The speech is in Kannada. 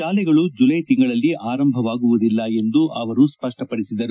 ಶಾಲೆಗಳು ಜುಲೈ ತಿಂಗಳಲ್ಲಿ ಆರಂಭವಾಗುವುದಿಲ್ಲ ಎಂದು ಅವರು ಸ್ಪಷ್ಟಪಡಿಸಿದರು